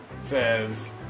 says